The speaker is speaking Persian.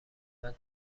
اومد